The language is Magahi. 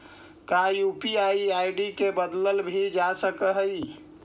का यू.पी.आई आई.डी के बदलल भी जा सकऽ हई?